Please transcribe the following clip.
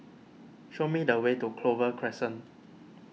show me the way to Clover Crescent